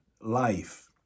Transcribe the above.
life